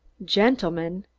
gentlemen,